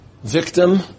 Victim